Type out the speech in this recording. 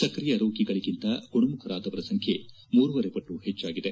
ಸಕ್ರಿಯ ರೋಗಿಗಳಿಗಿಂತ ಗುಣಮುಖರಾದವರ ಸಂಖ್ನೆ ಮೂರೂವರೆ ಪಟ್ಟು ಹೆಚ್ಚಾಗಿದೆ